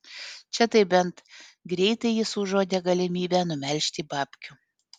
čia tai bent greitai jis užuodė galimybę numelžti babkių